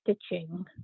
stitching